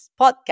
podcast